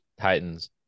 Titans